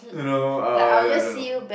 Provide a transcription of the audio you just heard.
you know eh I don't know